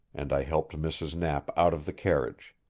and i helped mrs. knapp out of the carriage.